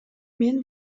мен